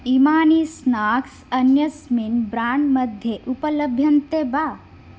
इमानि स्नाक्स् अन्यस्मिन् ब्राण्ड् मध्ये उपलभ्यन्ते वा